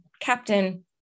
captain